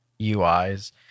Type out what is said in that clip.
UIs